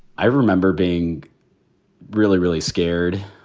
i remember being really, really scared,